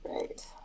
Right